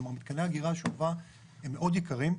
כלומר מתקני אגירה שאובה הם מאוד יקרים.